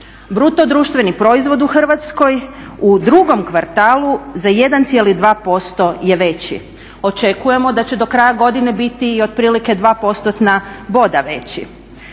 Bruto društveni proizvod u Hrvatskoj u drugom kvartalu za 1,2% je veći. Očekujemo da će do kraja godine biti i otprilike dva postotna boda veći.